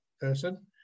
person